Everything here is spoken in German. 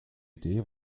idee